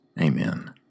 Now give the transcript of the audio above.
Amen